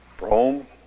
Rome